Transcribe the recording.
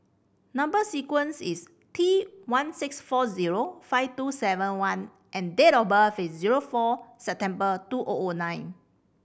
number sequence is T one six four zero five two seven one and date of birth is zero four September two O O nine